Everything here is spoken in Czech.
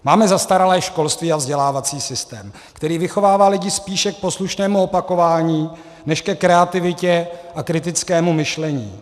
Máme zastaralé školství a vzdělávací systém, který vychovává lidi spíše k poslušnému opakování než ke kreativitě a kritickému myšlení.